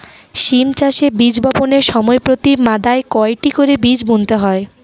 সিম চাষে বীজ বপনের সময় প্রতি মাদায় কয়টি করে বীজ বুনতে হয়?